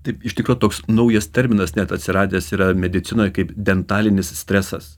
taip iš tikro toks naujas terminas net atsiradęs yra medicinoj kaip dentalinis stresas